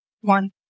one